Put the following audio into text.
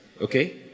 Okay